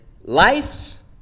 Life's